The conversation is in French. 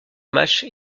matchs